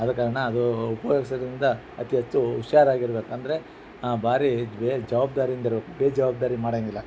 ಉಪಯೋಗ್ಸೋದ್ರಿಂದ ಅತಿ ಹೆಚ್ಚು ಹುಶಾರಾಗಿರ್ಬೇಕ್ ಅಂದರೆ ಭಾರಿ ಬೆ ಜವಾಬ್ದಾರಿ ಇಂದಿರಬೇಕು ಬೇಜವಾಬ್ದಾರಿ ಮಾಡೋಂಗಿಲ್ಲ